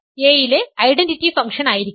അത് A യിലെ identity ഫംഗ്ഷനായിരിക്കണം